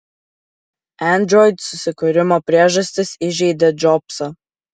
android susikūrimo priežastis įžeidė džobsą